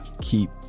keep